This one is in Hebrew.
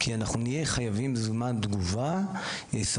כי אנחנו נהיה חייבים זמן תגובה סביר.